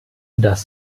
das